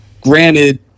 Granted